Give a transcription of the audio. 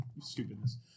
stupidness